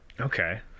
okay